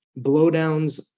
Blowdowns